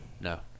No